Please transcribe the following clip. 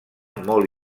molt